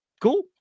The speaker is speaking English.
cool